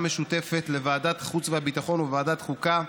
משותפת לוועדת החוץ והביטחון וועדת החוקה,